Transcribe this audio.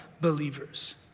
believers